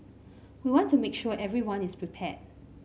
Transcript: we want to make sure everyone is prepared